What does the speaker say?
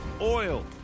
Oil